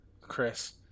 Chris